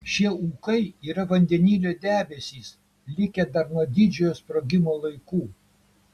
šie ūkai yra vandenilio debesys likę dar nuo didžiojo sprogimo laikų